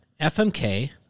FMK